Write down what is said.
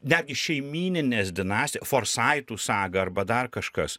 netgi šeimyninės dinasti forsaitų saga arba dar kažkas